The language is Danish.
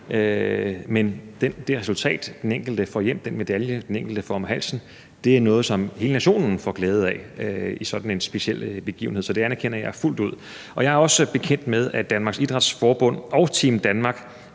men det resultat, den enkelte opnår, den medalje, den enkelte får om halsen, er noget, som hele nationen får glæde af ved sådan en speciel begivenhed, så det anerkender jeg fuldt ud. Jeg er også bekendt med, at Danmarks Idrætsforbund og Team Danmark